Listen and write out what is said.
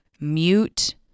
mute